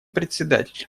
председатель